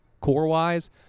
core-wise